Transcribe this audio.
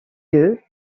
yeux